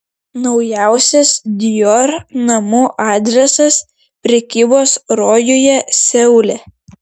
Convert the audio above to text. naujausias dior namų adresas prekybos rojuje seule